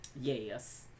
Yes